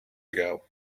ago